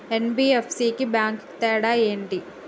NBFC కి bank కి తేడా ఏంటి?